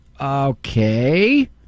okay